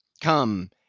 Come